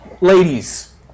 ladies